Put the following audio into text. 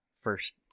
first